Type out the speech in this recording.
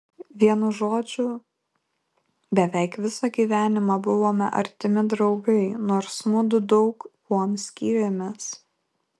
vienu žodžiu beveik visą gyvenimą buvome artimi draugai nors mudu daug kuom skyrėmės